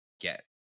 get